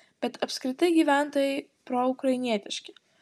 bet apskritai gyventojai proukrainietiški